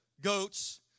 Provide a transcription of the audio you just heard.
goats